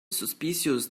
suspicious